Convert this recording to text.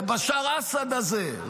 לבשאר אסד הזה,